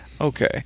okay